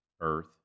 earth